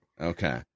Okay